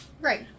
Right